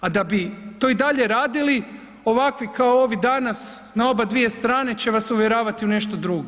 A da bi to i dalje radili ovakvi kao ovi danas na oba dvije strane će vas uvjeravati u nešto drugo.